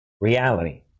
Reality